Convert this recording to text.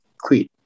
quit